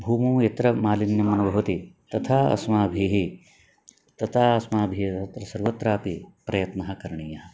भूमौ यत्र मालिन्यं न भवति तथा अस्माभिः तथा अस्माभिः तत्र सर्वत्रापि प्रयत्नः करणीयः